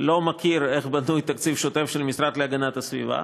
לא מכיר איך בנוי תקציב שוטף של המשרד להגנת הסביבה.